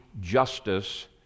justice